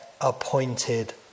appointed